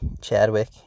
Chadwick